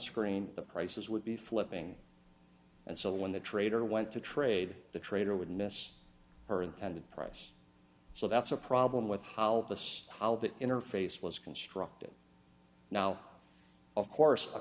screen the prices would be flipping and so when the trader went to trade the trader would miss her intended price so that's a problem with how this interface was constructed now of course a